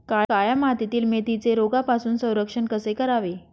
काळ्या मातीतील मेथीचे रोगापासून संरक्षण कसे करावे?